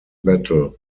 battle